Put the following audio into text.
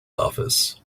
office